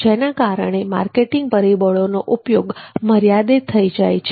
જેના કારણે માર્કેટિંગ પરિબળોનો ઉપયોગ મર્યાદિત થઈ જાય છે